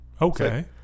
Okay